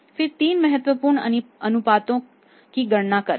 फिर 3 महत्वपूर्ण अनुपातों की गणना करें